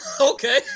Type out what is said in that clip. Okay